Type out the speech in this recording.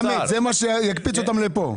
לא משנה חמד, זה מה שיקפיץ אותם לפה.